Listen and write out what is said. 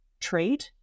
trade